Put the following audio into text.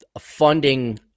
funding